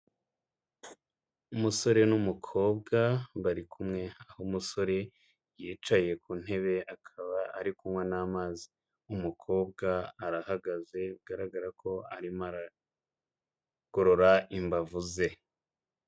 Umusore n'umukobwa bari kumwe, aho umusore yicaye ku ntebe akaba ari kunywa n'amazi, umukobwa arahagaze bigaragara ko arimo aragorora imbavu ze.